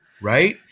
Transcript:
Right